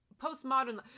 Postmodern